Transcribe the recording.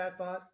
chatbot